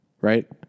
right